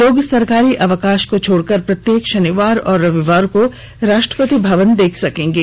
लोग सरकारी अवकाश को छोडकर प्रत्येक शनिवार और रविवार को राष्ट्रपति भवन देख सकेंगे